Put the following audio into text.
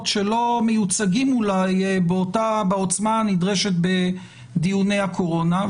שלא מיוצגים אולי בעוצמה הנדרשת בדיוני הקורונה,